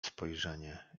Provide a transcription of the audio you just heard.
spojrzenie